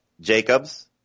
Jacobs